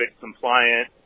compliant